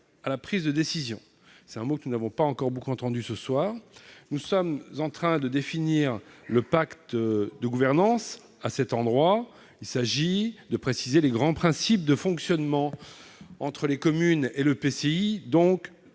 à la prise de décision- un mot que nous n'avons pas encore beaucoup entendu ce soir. Nous sommes en train de définir le pacte de gouvernance. Il s'agit de préciser les grands principes de fonctionnement entre les communes et l'EPCI, donc